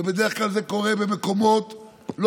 ובדרך כלל זה קורה במקומות לא